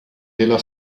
della